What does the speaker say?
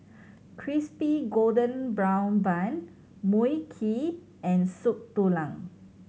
Crispy Golden Brown Bun Mui Kee and Soup Tulang